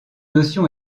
notion